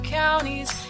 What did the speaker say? counties